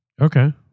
Okay